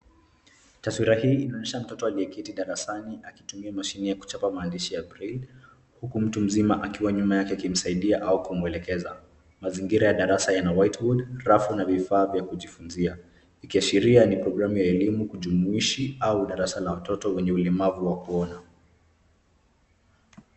Taswira hii inaonyesha mtoto aliyeketi darasani akitumia mashini ya kuchapa maandishi ya braile , huku mtu mzima akiwa nyuma yake akimsaidia au kumwelekeza. Mazingira ya darasa yana whiteboard , rafu na vifaa vya kujifunzia; Ikiashiria ni programu ya elimu jumuishi au darasa la watoto wenye ulemavu wa kuona.